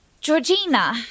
Georgina